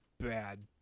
bad